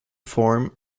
form